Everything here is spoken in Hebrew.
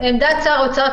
עמדת שר האוצר,